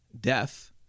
death